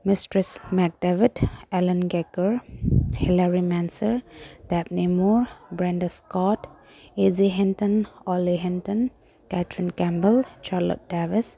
mistress McDavid Allen Gecker Hilary Mencer Devenmoore Brende Escott A J Henton Ole Henton Kathryn Campbell Charlick Davis